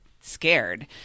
scared